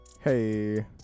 hey